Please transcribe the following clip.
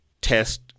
test